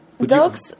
dogs